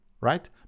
right